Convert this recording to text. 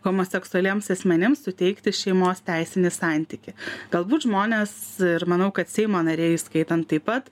homoseksualiems asmenims suteikti šeimos teisinį santykį galbūt žmonės ir manau kad seimo nariai įskaitant taip pat